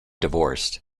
divorced